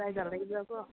ꯀꯗꯥꯏꯗ ꯂꯩꯕ꯭ꯔꯥ ꯀꯣ